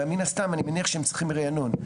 ומן הסתם אני מניח שהם צריכים ריענון.